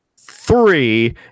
three